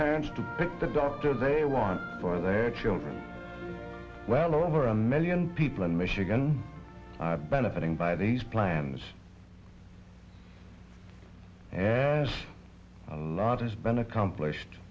parents to pick the doctor they want for their children well over a million people in michigan are benefiting by these plans air a lot has been accomplished